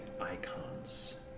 icons